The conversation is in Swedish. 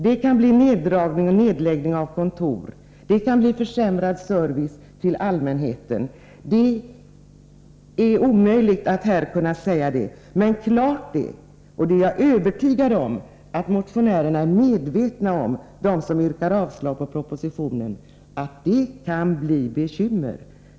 Det kan röra sig om neddragningar på eller nedläggning av kontor eller om försämrad service till allmänheten — det är omöjligt att här säga. Klart är dock att det kan bli bekymmer — och det är jag övertygad om att motionärerna som yrkar avslag på propositionen är medvetna om.